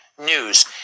news